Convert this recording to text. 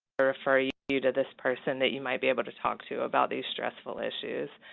refer you you to this person that you might be able to talk to about these stressful issues.